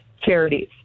charities